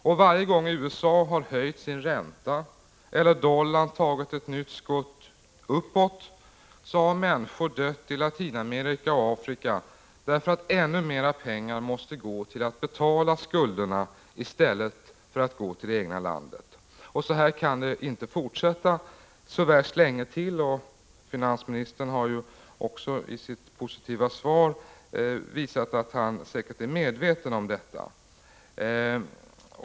Varje gång USA har höjt sin ränta eller dollarn tagit ett nytt skutt uppåt har människor dött i Latinamerika och Afrika, därför att ännu mer pengar måste gå till att betala skulderna i stället för att gå till det egna landet. Så här kan det inte fortsätta så värst länge till. Finansministern har också i sitt positiva svar visat att han säkert är medveten om detta.